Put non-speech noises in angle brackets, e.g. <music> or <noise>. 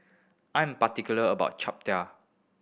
I'm particular about <unintelligible>